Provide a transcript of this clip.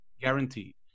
guaranteed